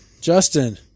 Justin